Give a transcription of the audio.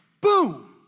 boom